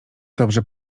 dobrze